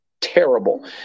terrible